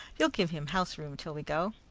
you'll give him house room till we go?